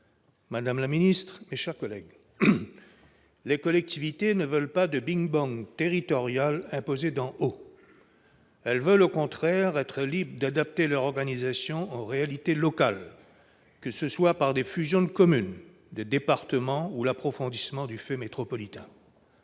madame la ministre, mes chers collègues, les collectivités locales ne veulent pas de big bang territorial imposé d'en haut. Elles veulent au contraire être libres d'adapter leur organisation aux réalités locales, que ce soit par des fusions de communes, de départements, ou encore par l'approfondissement du fait métropolitain.